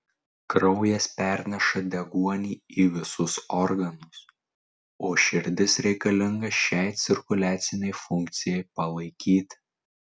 kraujas perneša deguonį į visus organus o širdis reikalinga šiai cirkuliacinei funkcijai palaikyti